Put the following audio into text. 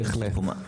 בהחלט.